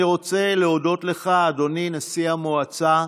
אני רוצה להודות לך, אדוני נשיא המועצה,